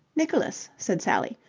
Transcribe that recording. nicholas, said sally.